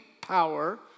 power